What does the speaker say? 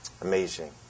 Amazing